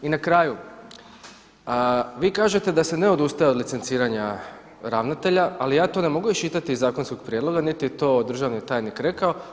I na kraju, vi kažete da se ne odustaje od licenciranja ravnatelja, ali ja to ne mogu isčitati iz zakonskog prijedlog niti je to državni tajnik rekao.